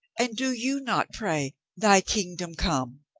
and do you not pray thy kingdom come